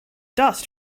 dust